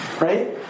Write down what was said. right